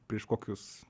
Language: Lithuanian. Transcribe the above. prieš kokius